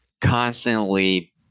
constantly